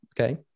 Okay